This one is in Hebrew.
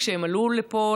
כשהם עלו לפה,